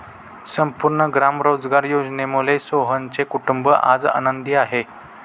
संपूर्ण ग्राम रोजगार योजनेमुळे सोहनचे कुटुंब आज आनंदी आहे